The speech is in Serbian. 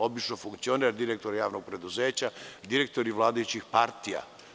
Obično funkcioner, direktor javnog preduzeća, direktori vladajućih partija.